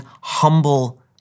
humble